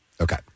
Okay